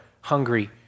hungry